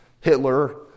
Hitler